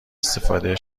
استفاده